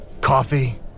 coffee